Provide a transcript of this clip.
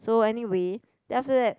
so anyway then after that